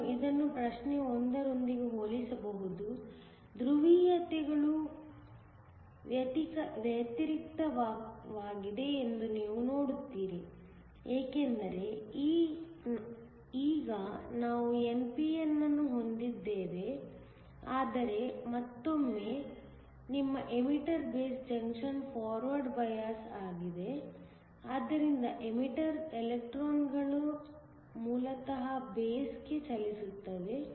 ನೀವು ಇದನ್ನು ಪ್ರಶ್ನೆ 1 ರೊಂದಿಗೆ ಹೋಲಿಸಬಹುದು ಧ್ರುವೀಯತೆಗಳು ವ್ಯತಿರಿಕ್ತವಾಗಿದೆ ಎಂದು ನೀವು ನೋಡುತ್ತೀರಿ ಏಕೆಂದರೆ ಈಗ ನಾವು n p n ಅನ್ನು ಹೊಂದಿದ್ದೇವೆ ಆದರೆ ಮತ್ತೊಮ್ಮೆ ನಿಮ್ಮ emitter base junction forward bias ಆಗಿದೆ ಆದ್ದರಿಂದ ಎಮಿಟರ್ ಎಲೆಕ್ಟ್ರಾನ್ಗಳು ಮೂಲತಃ ಬೇಸ್ಗೆ ಚಲಿಸುತ್ತವೆ